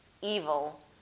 evil